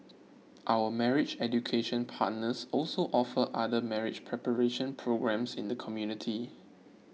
our marriage education partners also offer other marriage preparation programmes in the community